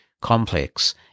complex